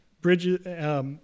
bridges